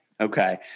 Okay